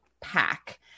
pack